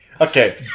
Okay